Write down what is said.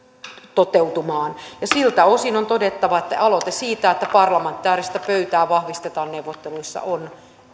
toteutumaan ja siltä osin on todettava että aloite siitä että parlamentaarista pöytää vahvistetaan neuvotteluissa on